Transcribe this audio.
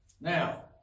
Now